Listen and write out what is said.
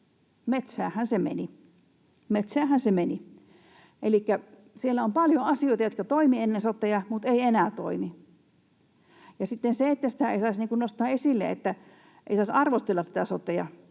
metsäänhän se meni. Elikkä siellä on paljon asioita, jotka toimivat ennen sotea, mutta eivät enää toimi. Ja sitten se, että sitä ei saisi nostaa esille, ei saisi arvostella sitä